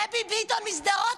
דבי ביטון משדרות,